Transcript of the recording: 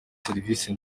serivisi